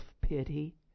pity